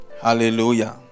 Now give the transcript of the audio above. Hallelujah